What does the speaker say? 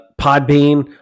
Podbean